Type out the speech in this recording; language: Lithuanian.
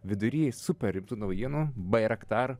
vidury super rimtų naujienų bairaktar